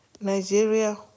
Nigeria